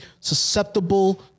susceptible